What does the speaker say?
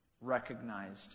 recognized